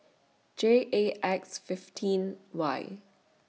J A X fifteen Y